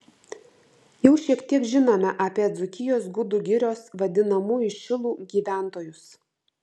jau šiek tiek žinome apie dzūkijos gudų girios vadinamųjų šilų gyventojus